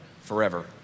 forever